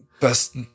Best